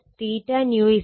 9 ലേക്ക് ഉയർത്തണം